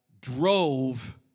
drove